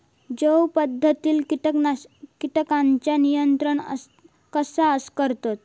जैव पध्दतीत किटकांचा नियंत्रण कसा करतत?